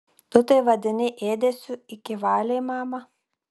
tu tai vadini ėdesiu iki valiai mama